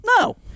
No